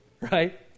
right